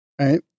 right